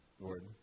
Lord